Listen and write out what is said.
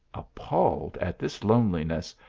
appalled at this loneliness,